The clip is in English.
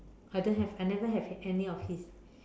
I don't have I never have any of his